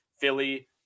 Philly